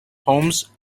holmes